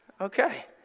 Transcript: Okay